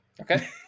Okay